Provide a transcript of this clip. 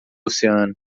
oceano